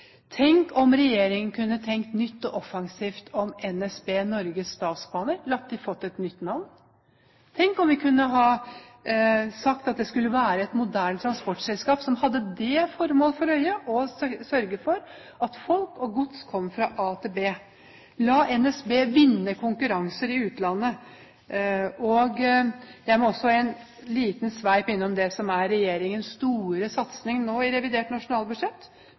Tenk om regjeringen kunne tenkt nytt og offensivt om NSB – Norges Statsbaner – latt dem få et nytt navn? Tenk om vi kunne ha sagt at det skulle være et moderne transportselskap som hadde det formål for øye å sørge for at folk og gods kom fra A til B? La NSB vinne konkurranser i utlandet. Jeg må også en liten sveip innom det som nå er regjeringens store satsing i revidert nasjonalbudsjett: